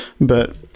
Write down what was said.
But-